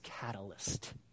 catalyst